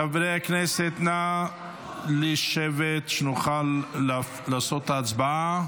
חברי הכנסת, נא לשבת כדי שנוכל לעשות את ההצבעה.